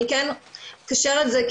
אני כן אקשר את זה,